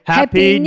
Happy